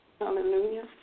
Hallelujah